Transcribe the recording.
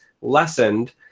lessened